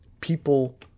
people